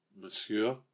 Monsieur